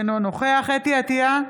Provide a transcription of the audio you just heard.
אינו נוכח חוה אתי עטייה,